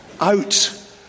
out